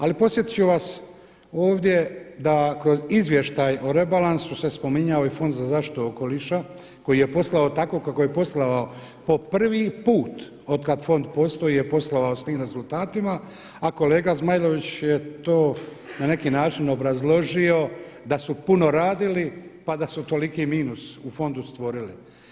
Ali podsjetit ću vas ovdje da kroz izvještaj o rebalansu se spominjao i Fond za zaštitu okoliša koji je poslao tako kao je poslao po prvi put od kad fond postoji je poslao, a s tim rezultatima a kolega Zmajlović je to na neki način obrazložio da su puno radili pa da su toliki minus u fondu stvorili.